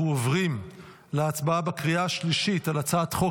אנחנו עוברים להצבעה בקריאה השלישית על הצעת חוק